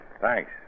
Thanks